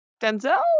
Denzel